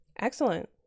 Excellent